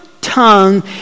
tongue